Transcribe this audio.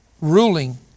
ruling